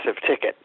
ticket